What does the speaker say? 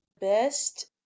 best